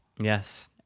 Yes